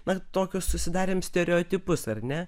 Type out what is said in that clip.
mat tokius susidarėm stereotipus ar ne